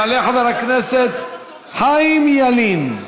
יעלה חבר הכנסת חיים ילין,